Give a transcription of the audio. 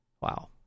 Wow